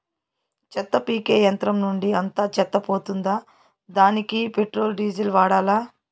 చెత్త పీకే యంత్రం నుండి అంతా చెత్త పోతుందా? దానికీ పెట్రోల్, డీజిల్ వాడాలా?